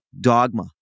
dogma